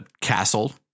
castle